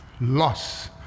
loss